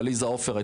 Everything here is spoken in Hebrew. עליזה עופר,